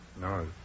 No